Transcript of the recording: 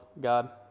God